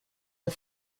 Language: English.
the